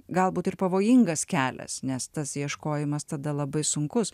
galbūt ir pavojingas kelias nes tas ieškojimas tada labai sunkus